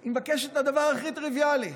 היא מבקשת את הדבר הכי טריוויאלי: